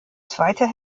zweite